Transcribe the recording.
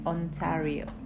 Ontario